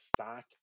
stock